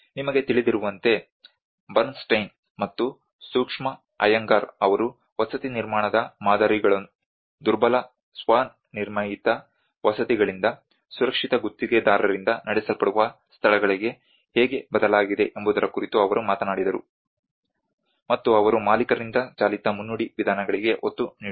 ನಿಮಗೆ ತಿಳಿದಿರುವಂತೆ ಬರ್ನ್ಸ್ಟೈನ್ ಮತ್ತು ಸುಷ್ಮಾ ಅಯ್ಯಂಗಾರ್ ಅವರು ವಸತಿ ನಿರ್ಮಾಣದ ಮಾದರಿಗಳು ದುರ್ಬಲ ಸ್ವ ನಿರ್ಮಿತ ವಸತಿಗಳಿಂದ ಸುರಕ್ಷಿತ ಗುತ್ತಿಗೆದಾರರಿಂದ ನಡೆಸಲ್ಪಡುವ ಸ್ಥಳಗಳಿಗೆ ಹೇಗೆ ಬದಲಾಗಿದೆ ಎಂಬುದರ ಕುರಿತು ಅವರು ಮಾತನಾಡಿದರು ಮತ್ತು ಅವರು ಮಾಲೀಕರಿಂದ ಚಾಲಿತ ಮುನ್ನುಡಿ ವಿಧಾನಗಳಿಗೆ ಒತ್ತು ನೀಡುತ್ತಾರೆ